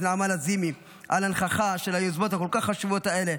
נעמה לזימי על הנכחה של היוזמות הכל-כך חשובות האלה,